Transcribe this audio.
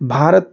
Bharat